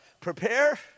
Prepare